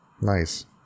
nice